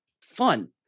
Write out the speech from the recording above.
fun